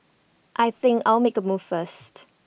I think I'll make A move first